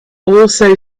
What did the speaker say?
also